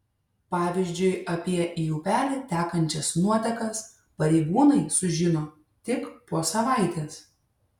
pavyzdžiui apie į upelį tekančias nuotekas pareigūnai sužino tik po savaitės